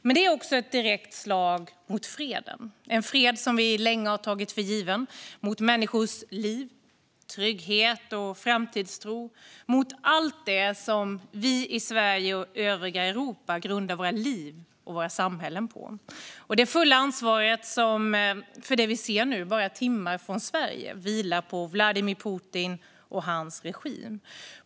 Men det är också ett direkt slag mot den fred som vi länge har tagit för given, mot människors liv, trygghet och framtidstro och mot allt det som vi i Sverige och övriga Europa grundar våra liv och våra samhällen på. Det fulla ansvaret för det vi ser nu, bara timmar från Sverige, vilar på Vladimir Putin och hans regim.